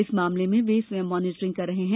इस मामले में वे स्वयं मॉनीटरिंग कर रहे हैं